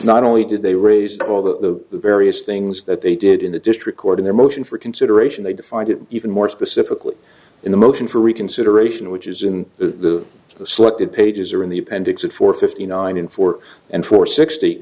not only did they raised all the various things that they did in the district court in their motion for consideration they defined it even more specifically in the motion for reconsideration which is in the selected pages or in the appendix at four fifty nine in four and four s